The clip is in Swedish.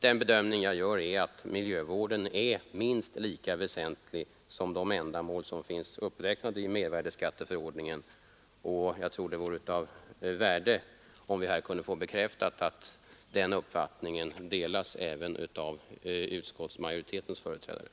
Den bedömning jag gör är att miljövården är minst lika väsentlig som de ändamål som finns uppräknade i mervärdeskatteförordningen. Jag tror att det vore av värde om vi här kunde få bekräftat att den uppfattningen delas även av utskottsmajoritetens företrädare.